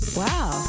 wow